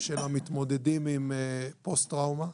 של המתמודדים עם פוסט-טראומה.